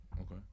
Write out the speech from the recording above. okay